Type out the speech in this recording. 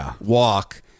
walk